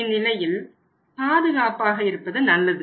இந்நிலையில் பாதுகாப்பாக இருப்பது நல்லது